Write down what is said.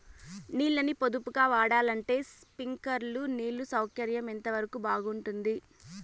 నీళ్ళ ని పొదుపుగా వాడాలంటే స్ప్రింక్లర్లు నీళ్లు సౌకర్యం ఎంతవరకు బాగుంటుంది?